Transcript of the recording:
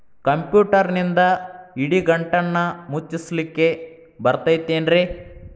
ಕಂಪ್ಯೂಟರ್ನಿಂದ್ ಇಡಿಗಂಟನ್ನ ಮುಚ್ಚಸ್ಲಿಕ್ಕೆ ಬರತೈತೇನ್ರೇ?